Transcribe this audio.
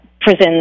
prisons